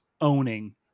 owning